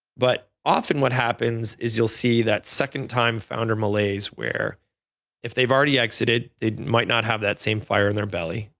but often what happens is you'll see that second-time founder malley's where if they've already exited, they might not have that same fire in their belly.